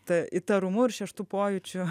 ta įtarumu ir šeštu pojūčiu